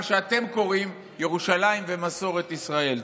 שאתם קוראים לו ירושלים ומסורת ישראל.